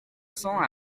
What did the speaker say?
cents